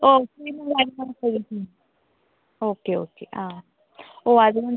ഓ നിങ്ങള് അത് ഒന്ന് ചോദിക്ക് ഓക്കെ ഓക്കെ ആ ഓ അതിന്